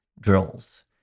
drills